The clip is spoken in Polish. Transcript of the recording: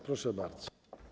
Proszę bardzo.